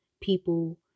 people